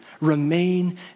Remain